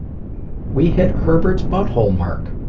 we hit herbert's butthole mark.